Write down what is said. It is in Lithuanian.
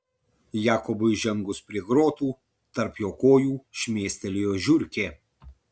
jakobui žengus prie grotų tarp jo kojų šmėstelėjo žiurkė